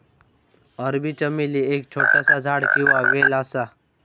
अरबी चमेली एक छोटासा झाड किंवा वेल असा